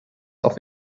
auf